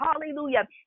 Hallelujah